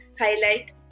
highlight